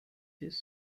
his